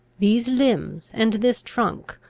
these limbs, and this trunk,